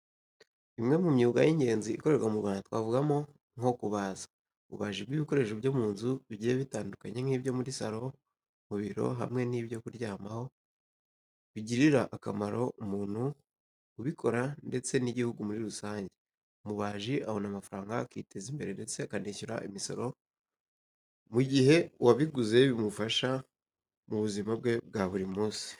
Imwe mu myuga y'ingenzi ikorerwa mu Rwanda twavuga mo nko kubaza. Ububaji bw'ibikoresho byo munzu bigiye bitandukanye nk'ibyo muri salo, mu biro hamwe n'ibyo kuryamaho bugirira akamaro umuntu ubukora ndetse n'igihugu muri rusange. Umubaji abona amafaranga akiteza imbere ndetse akanishyura imisoro mugihe uwabiguze bimufasha mu buzima bwe bwa buri munsi.